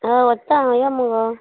अ व्हरता आंव यो मगो